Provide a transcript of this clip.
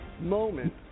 moment